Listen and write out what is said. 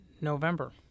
November